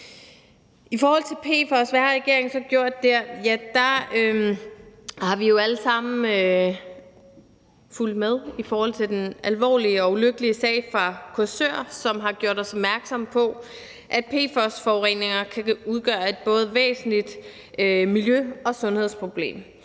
i forhold til PFOS? Ja, der har vi jo alle sammen fulgt med i forhold til den alvorlige og ulykkelige sag fra Korsør, som har gjort os opmærksom på, at PFOS-forureninger både kan udgøre et væsentligt miljø- og sundhedsproblem.